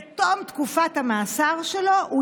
בתום תקופת המאסר שלו הוא